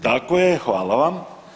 Tako je hvala vam.